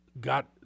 got